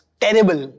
terrible